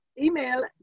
email